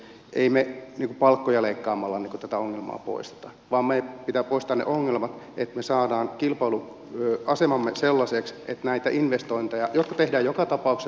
emme me palkkoja leikkaamalla tätä ongelmaa poista vaan meidän pitää poistaa ne ongelmat niin että me saamme kilpailuasemamme sellaiseksi että näitä investointeja jotka tehdään joka tapauksessa tehdään suomeen